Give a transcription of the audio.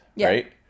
right